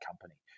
company